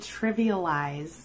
trivialize